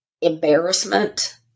embarrassment